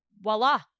voila